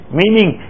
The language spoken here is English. meaning